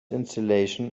installation